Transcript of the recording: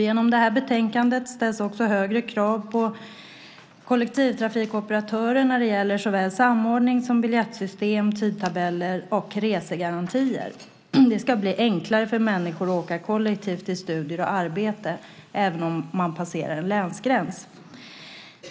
I betänkandet ställs också högre krav på kollektivtrafikoperatörer när det gäller såväl samordning som biljettsystem, tidtabeller och resegarantier. Det ska bli enklare för människor att åka kollektivt till studier och arbete även om de passerar en länsgräns.